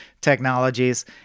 technologies